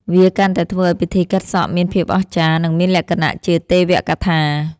វាកាន់តែធ្វើឱ្យពិធីកាត់សក់មានភាពអស្ចារ្យ និងមានលក្ខណៈជាទេវកថា។